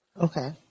okay